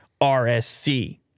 RSC